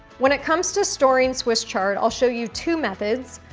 when it comes to storing swiss chard, i'll show you two methods.